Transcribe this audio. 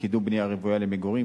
קידום בנייה רוויה למגורים,